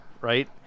right